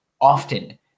often